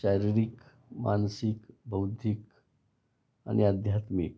शारीरिक मानसिक बौद्धिक आणि आध्यात्मिक